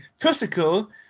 physical